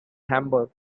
hamburg